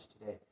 today